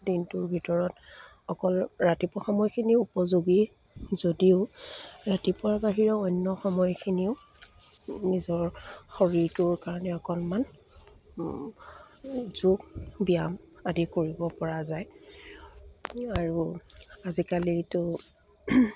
দিনটোৰ ভিতৰত অকল ৰাতিপুৱা সময়খিনিও উপযোগী যদিও ৰাতিপুৱাৰ বাহিৰে অন্য সময়খিনিও নিজৰ শৰীৰটোৰ কাৰণে অকণমান যোগ ব্যায়াম আদি কৰিব পৰা যায় আৰু আজিকালিতো